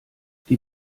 die